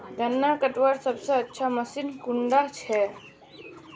गन्ना कटवार सबसे अच्छा मशीन कुन डा छे?